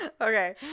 okay